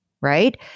right